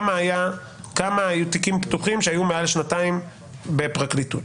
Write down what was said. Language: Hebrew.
כמות התיקים שהיו פתוחים מעל שנתיים בפרקליטות.